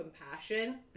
compassion